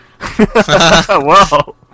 Whoa